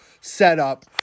setup